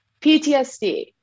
PTSD